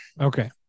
Okay